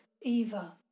Eva